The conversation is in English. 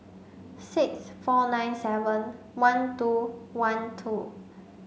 six four nine seven one two one two